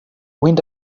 wind